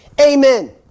Amen